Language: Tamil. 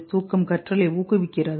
தூக்கம் கற்றலை ஊக்குவிக்கிறதா